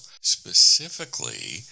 specifically